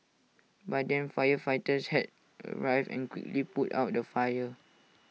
by then firefighters had arrived and quickly put out the fire